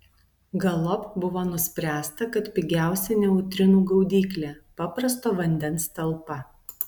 galop buvo nuspręsta kad pigiausia neutrinų gaudyklė paprasto vandens talpa